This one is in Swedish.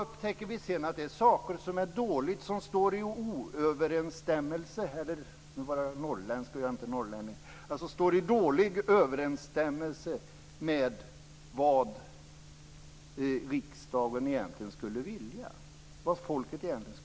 Upptäcker vi sedan saker som är dåliga och som står i oöverensstämmelse - för att tala norrländska även om jag inte är norrlänning - med vad riksdagen och folket egentligen skulle vilja är vi fast i Schengen.